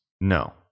No